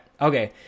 Okay